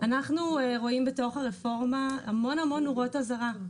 אנחנו רואים בתוך הרפורמה המון נורות אזהרה.